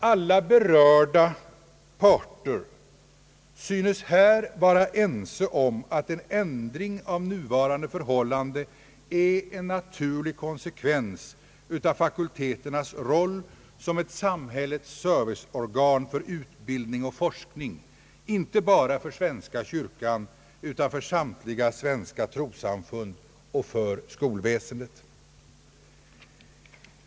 Alla berörda parter synes här vara ense om att en ändring av nuvarande förhållande är en naturlig konsekvens av fakulteternas roll som ett samhällets serviceorgan för utbildning och forskning inte blott för svenska kyrkan utan för samtliga svenska tros .samfund och för skolväsendet.